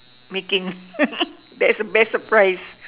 making that's the best surprise